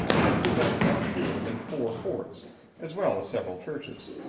had possessed no fewer than four forts as well as several churches.